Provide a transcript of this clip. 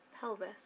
pelvis